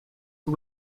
who